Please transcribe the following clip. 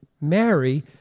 marry